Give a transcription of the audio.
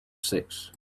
six